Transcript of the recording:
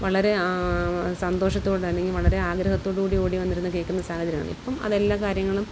വളരെ സന്തോഷത്തോടെ അല്ലെങ്കിൽ വളരെ ആഗ്രഹത്തോടുകൂടി ഓടി വന്നിരുന്ന് കേൾക്കുന്ന സാഹചര്യം ആണ് ഇപ്പം അത് എല്ലാ കാര്യങ്ങളും